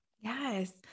Yes